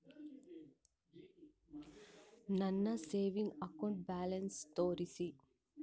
ನನ್ನ savings account balance ತೋರಿಸಿ?